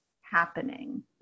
happening